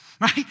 right